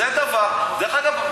דרך אגב,